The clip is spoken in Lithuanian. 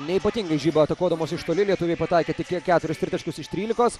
neypatingai žiba atakuodamos iš toli lietuviai pataikė tik kiek keturis tritaškius iš trylikos